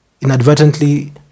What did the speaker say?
inadvertently